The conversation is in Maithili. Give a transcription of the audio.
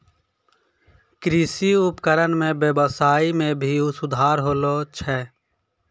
कृषि उपकरण सें ब्यबसाय में भी सुधार होलो छै